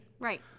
Right